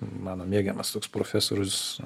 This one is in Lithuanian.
mano mėgiamas toks profesorius